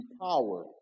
power